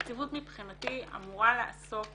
הנציבות מבחינתי אמורה לעסוק